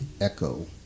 echo